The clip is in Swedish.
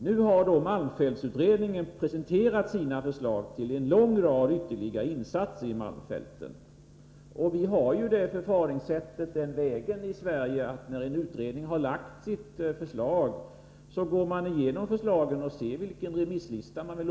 Nu har malmfältsutredningen presenterat sina förslag till en lång rad ytterligare insatser i malmfälten. Vi har ju i Sverige det förfaringssättet, att när en utredning har lagt fram sina förslag går regeringen igenom dem och upprättar en remisslista.